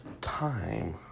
time